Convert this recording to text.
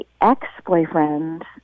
ex-boyfriend